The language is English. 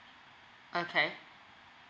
okay